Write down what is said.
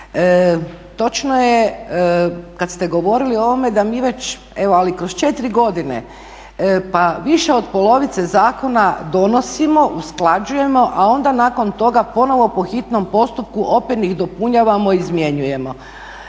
točno je kada ste govorili o ovome da mi već evo ali kroz 4 godine pa više od polovice zakona donosimo, usklađujemo, a onda nakon toga ponovo po hitnom postupku opet ih dopunjavamo i izmjenjujemo.